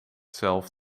zelf